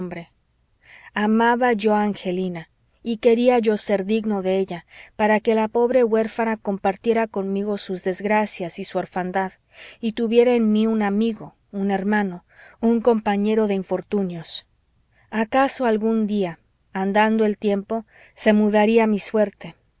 amaba yo a angelina y quería yo ser digno de ella para que la pobre huérfana compartiera conmigo sus desgracias y su orfandad y tuviera en mí un amigo un hermano un compañero de infortunios acaso algún día andando el tiempo se mudaría mi suerte